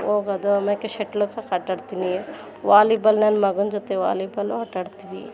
ಹೋಗೋದು ಆಮ್ಯಾಕೆ shuttlecock ಆಟಾಡ್ತೀನಿ ವಾಲಿಬಾಲ್ ನನ್ನ ಮಗನ ಜೊತೆ ವಾಲಿಬಾಲು ಆಟಾಡ್ತೀವಿ